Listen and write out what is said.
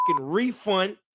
refund